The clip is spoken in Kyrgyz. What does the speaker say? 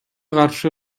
каршы